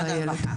נורית.